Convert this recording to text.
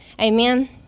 amen